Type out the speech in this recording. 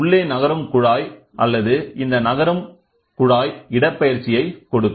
உள்ளே நகரும் குழாய் அல்லது இந்த நகரும் குழாய் இடப்பெயர்ச்சியை கொடுக்கும்